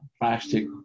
plastic